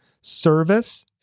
Service